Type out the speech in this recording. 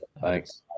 Thanks